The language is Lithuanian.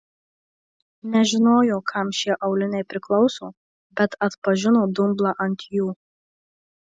nežinojo kam šie auliniai priklauso bet atpažino dumblą ant jų